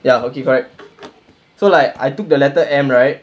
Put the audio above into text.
ya okay correct so like I took the letter M right